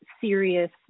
serious